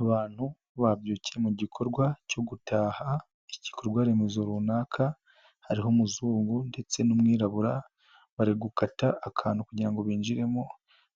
Abantu babyukiye mu gikorwa cyo gutaha igikorwa remezo runaka hariho umuzungu ndetse n'umwirabura bari gukata akantu kugira ngo binjiremo